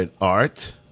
Art